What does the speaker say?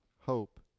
hope